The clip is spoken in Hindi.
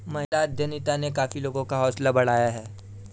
महिला उद्यमिता ने काफी महिलाओं का हौसला बढ़ाया है